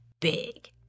big